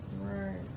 Right